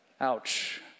Ouch